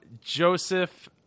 Joseph